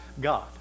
God